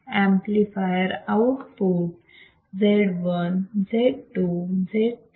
amplifier output Z 1 Z 2 Z3